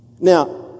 now